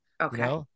Okay